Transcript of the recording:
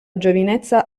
giovinezza